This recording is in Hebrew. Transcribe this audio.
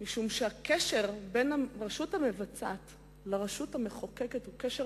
משום שהקשר בין הרשות המבצעת לרשות המחוקקת הוא קשר